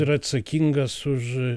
yra atsakingas už